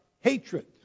hatred